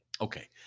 Okay